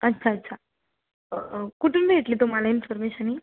अच्छा अच्छा कुठून भेटली तुम्हाला इन्फॉर्मेशन ही